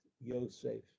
Yosef